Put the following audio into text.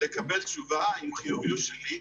לקבל תשובה האם חיובי או שלילי.